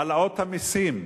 העלאות המסים,